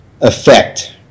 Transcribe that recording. effect